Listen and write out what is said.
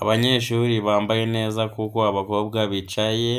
Abanyeshuri bambaye neza kuko abakobwa bicaye